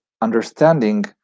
understanding